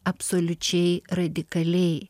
absoliučiai radikaliai